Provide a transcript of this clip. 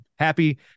Happy